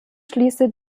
schließe